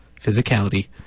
physicality